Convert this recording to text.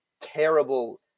terrible